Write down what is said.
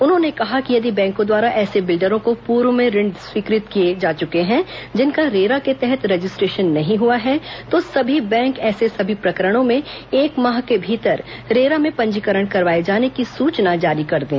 उन्होंने कहा ने कि यदि बैंकों द्वारा ऐसे बिल्डरों को पूर्व में ऋण स्वीकृत किए जा चुके हैं जिनका रेरा के तहत रजिस्ट्रेशन नहीं हआ है तो सभी बैंक ऐसे सभी प्रकरणों में एक माह के भीतर रेरा में पंजीकरण करवाए जाने की सुचना जारी कर दें